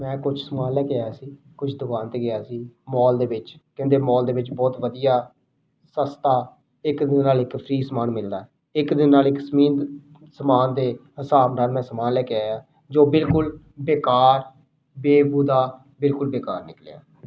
ਮੈਂ ਕੁਛ ਸਮਾਨ ਲੈ ਕੇ ਆਇਆ ਸੀ ਕੁਛ ਦੁਕਾਨ 'ਤੇ ਗਿਆ ਸੀ ਮੋਲ ਦੇ ਵਿੱਚ ਕਹਿੰਦੇ ਮਾਲ ਦੇ ਵਿੱਚ ਬਹੁਤ ਵਧੀਆ ਸਸਤਾ ਇੱਕ ਦੇ ਨਾਲ ਇੱਕ ਫਰੀ ਸਮਾਨ ਮਿਲਦਾ ਇੱਕ ਦੇ ਨਾਲ ਇੱਕ ਸਮੇਤ ਸਮਾਨ ਦੇ ਹਿਸਾਬ ਨਾਲ ਮੈਂ ਸਮਾਨ ਲੈ ਕੇ ਆਇਆ ਜੋ ਬਿਲਕੁਲ ਬੇਕਾਰ ਬੇਬੂਦਾ ਬਿਲਕੁਲ ਬੇਕਾਰ ਨਿਕਲਿਆ